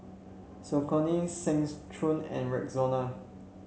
Saucony Seng Choon and Rexona